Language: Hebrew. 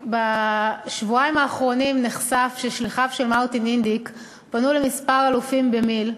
בשבועיים האחרונים נחשף ששליחיו של מרטין אינדיק פנו לכמה אלופים במיל'